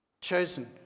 Chosen